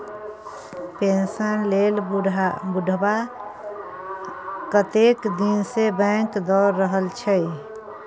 pension लेल बुढ़बा कतेक दिनसँ बैंक दौर रहल छै